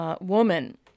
woman